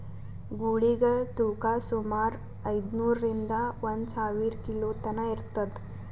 ಗೂಳಿಗಳ್ ತೂಕಾ ಸುಮಾರ್ ಐದ್ನೂರಿಂದಾ ಒಂದ್ ಸಾವಿರ ಕಿಲೋ ತನಾ ಇರ್ತದ್